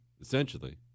essentially